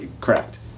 correct